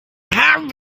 haben